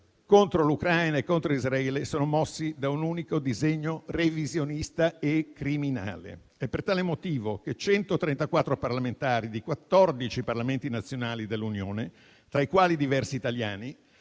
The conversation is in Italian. contro l'Ucraina e contro Israele, sono mossi da un unico disegno revisionista e criminale. È per tale motivo che 134 parlamentari di 14 Parlamenti nazionali dell'Unione, tra i quali diversi italiani,